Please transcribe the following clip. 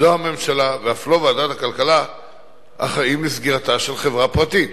לא הממשלה ואף לא ועדת הכלכלה אחראים לסגירתה של חברה פרטית.